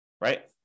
right